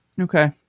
Okay